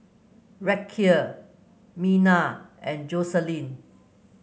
Racquel Miner and Joselyn